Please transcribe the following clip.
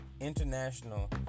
international